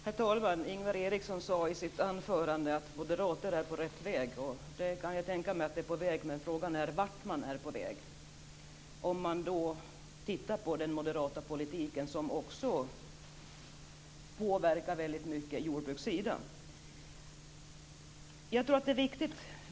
Herr talman! Ingvar Eriksson sade i sitt anförande att moderaterna är på rätt väg. Jag kan tänka mig att ni är på väg, men frågan är vart. Den moderata politiken påverkar också mycket på jordbrukssidan.